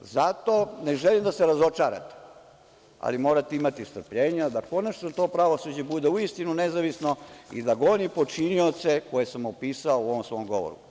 Zato ne želim da se razočarate, ali morate imati strpljenja da konačno to pravosuđe bude uistinu nezavisno i da goni počinioce koje sam opisao u ovom svom govoru.